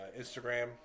Instagram